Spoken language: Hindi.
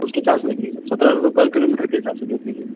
उसके चार्ज लगेंगे सर सत्रह रुपये पर किलोमीटर के हिसाब से देख लीजिए